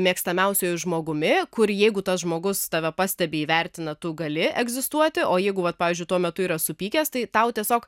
mėgstamiausiuoju žmogumi kurį jeigu tas žmogus tave pastebi įvertina tu gali egzistuoti o jeigu vat pavyzdžiui tuo metu yra supykęs tai tau tiesiog